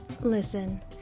Listen